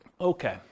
Okay